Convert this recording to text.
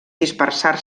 dispersar